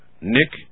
Nick